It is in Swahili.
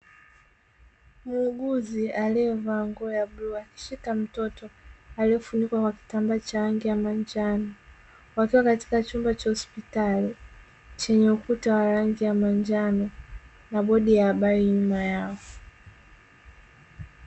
Muuguzi aliyevaa nguo ya bluu akishika mtoto aliyefunikwa kwa kitambaa cha rangi ya manjano, wakiwa katika chumba cha hospitali chenye ukuta wa rangi ya manjano na bodi ya habari nyuma yao.